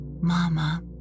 Mama